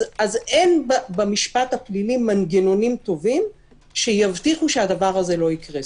אז אין במשפט הפלילי מנגנונים טובים שיבטיחו שהדבר הזה לא יקרה,